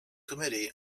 committee